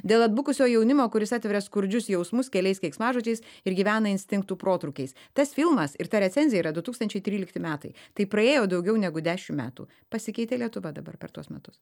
dėl abipusio jaunimo kuris atveria skurdžius jausmus keliais keiksmažodžiais ir gyvena instinktų protrūkiais tas filmas ir ta recenzija yra du tūkstančiai trylikti metai tai praėjo daugiau negu dešimt metų pasikeitė lietuva dabar per tuos metus